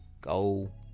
Go